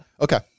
Okay